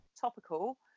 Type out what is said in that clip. topical